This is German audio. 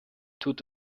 tut